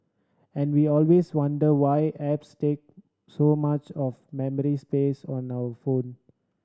and we always wonder why apps take so much of memory space on our phone